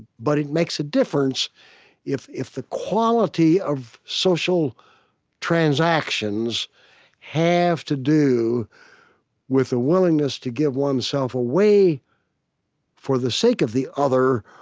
but it makes a difference if if the quality of social transactions have to do with the ah willingness to give one's self away for the sake of the other,